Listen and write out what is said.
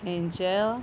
हांच्या